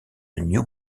new